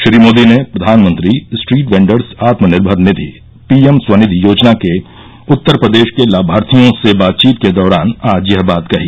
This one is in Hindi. श्री मोदी ने प्रधानमंत्री स्ट्रीट वेंडर्स आत्मनिर्मर निधि पी एम स्वनिधि योजना के उत्तर प्रदेश के लाभार्थियों से बातचीत के दौरान आज यह बात कही